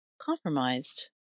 compromised